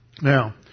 Now